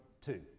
two